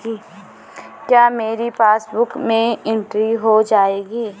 क्या मेरी पासबुक में एंट्री हो जाएगी?